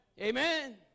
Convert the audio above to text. Amen